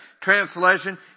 Translation